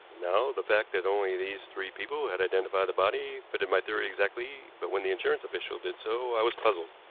now the fact that only these three people had identified the body fitted my theory exactly but when the insurance official did so, i was puzzled.